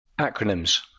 Acronyms